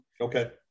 Okay